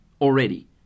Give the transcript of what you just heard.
already